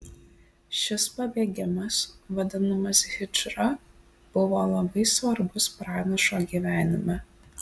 šis pabėgimas vadinamas hidžra buvo labai svarbus pranašo gyvenime